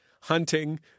hunting